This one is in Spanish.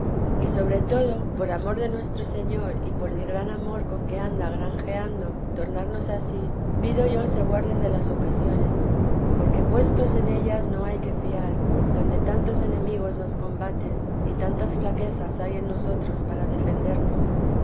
y sobre todo por amor de nuestro señor y por el gran amor con que anda granjeando tornarnos a sí pido yo se guarden de las ocasiones porque puestos en ellas no hay que fiar donde tantos enemigos nos combaten y tantas flaquezas hay en nosotros para defendernos